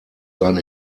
sein